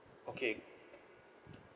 okay